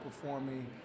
performing